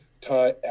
time